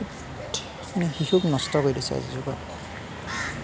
মানে শিশুক নষ্ট কৰি দিছে আজিৰ যুগত